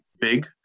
big